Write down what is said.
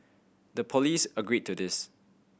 the police agreed to this